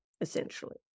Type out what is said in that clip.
essentially